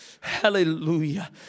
Hallelujah